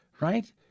right